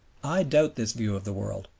i doubt this view of the world.